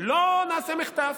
לא נעשה מחטף,